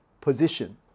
position